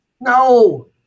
No